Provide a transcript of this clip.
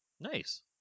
Nice